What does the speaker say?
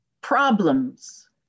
problems